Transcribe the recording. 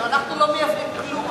אנחנו לא מייבאים כלום,